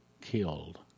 killed